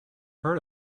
heard